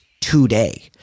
today